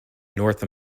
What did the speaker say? north